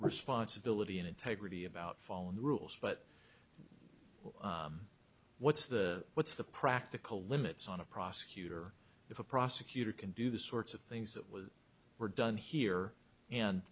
responsibility and integrity about following rules but what's the what's the practical limits on a prosecutor if a prosecutor can do the sorts of things that were done here and